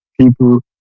people